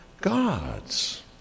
gods